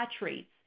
rates